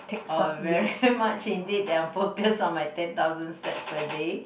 err very much indeed that I'm focus on my ten thousand steps per day